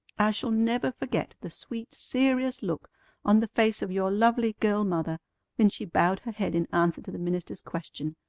i shall never forget the sweet, serious look on the face of your lovely girl-mother when she bowed her head in answer to the minister's question,